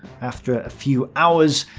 after a few hours,